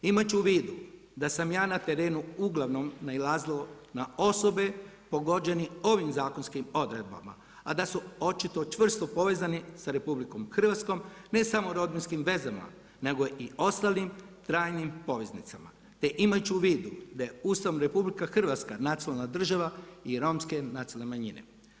Imajući u vidu da sam ja na terenu uglavnom nailazio na osobe pogođene ovim zakonskim odredbama, a da su očito čvrsto povezani sa RH ne samo sa rodbinskim vezama, nego i ostalim trajnim poveznicama te imajući u vidu da je Ustavom RH nacionalna država i Romske nacionalne manjine.